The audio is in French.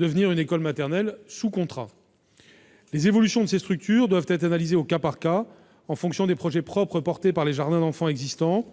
en école maternelle sous contrat. Les évolutions de ces structures doivent être analysées au cas par cas, en fonction des projets propres portés par les jardins d'enfants existants-